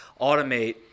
automate